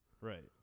right